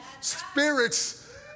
spirits